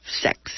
sex